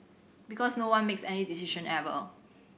because no one makes any decision ever